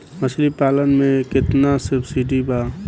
मछली पालन मे केतना सबसिडी बा?